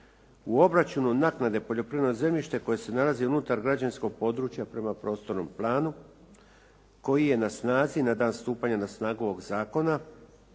u obračunu naknade poljoprivredno zemljište koje se nalazi unutar građevinskog područja prema prostornom planu koji je na snazi na dan stupanja na snagu ovoga zakona